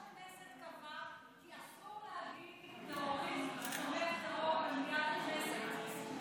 יושב-ראש הכנסת קבע שאסור להגיד "טרוריסט" ו"תומך טרור".